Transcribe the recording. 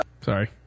Sorry